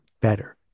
better